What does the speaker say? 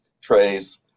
trays